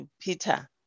Peter